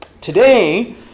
Today